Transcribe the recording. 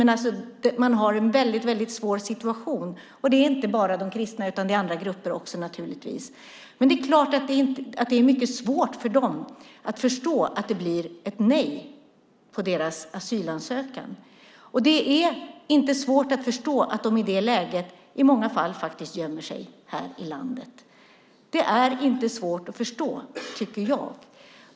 De har alltså en väldigt svår situation. Det är inte bara de kristna, utan det är naturligtvis också andra grupper. Det är klart att det är mycket svårt för dem att förstå att det blir ett nej på deras asylansökan. Det är inte svårt att förstå att de i det läget i många fall faktiskt gömmer sig här i landet. Det är inte svårt att förstå, tycker jag.